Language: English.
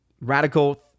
radical